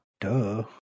Duh